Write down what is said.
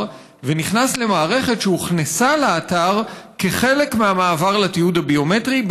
ונכנס למערכת שהוכנסה לאתר כחלק מהמעבר לתיעוד הביומטרי,